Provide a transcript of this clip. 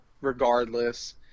regardless